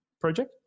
project